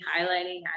highlighting